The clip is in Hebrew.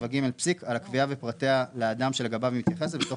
הקביעה ופרטיה לאדם שלגביו היא מתייחסת בתוך